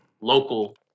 local